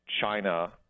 China